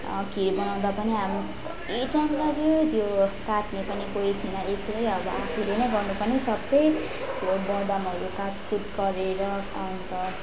खिर बनाउँदा पनि अब कति टाइम लाग्यो त्यो काट्ने पनि कोही थिएन एक्लै आफूले नै गर्नु पर्ने सबै त्यो बदामहरू काट कुट गरेर अन्त